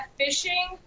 fishing